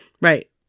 Right